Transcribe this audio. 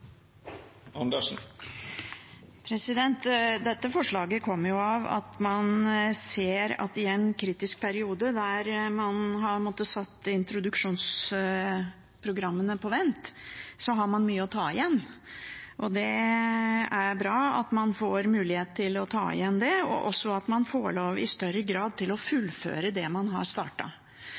Dette forslaget kommer av at man ser at det i en kritisk periode der man har måttet sette introduksjonsprogrammene på vent, er mye å ta igjen. Det er bra at man får mulighet til å ta igjen det, og også at man i større grad får lov til å fullføre det man har